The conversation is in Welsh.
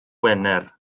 wener